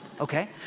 okay